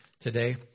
today